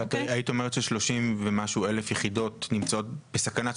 היית אומרת ש-30 ומשהו אלף יחידות נמצאות בסכנה,